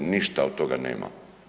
Ništa od toga nemamo.